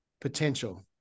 potential